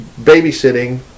babysitting